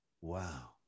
wow